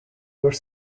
were